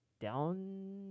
down